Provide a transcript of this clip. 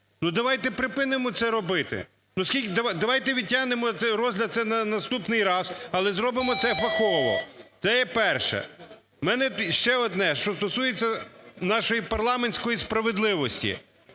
Ну, давайте припинимо це робити. Давайте відтягнемо цей розгляд на наступний раз, але зробимо це фахово. Це є перше. В мене ще одне, що стосується нашої парламентської справедливості.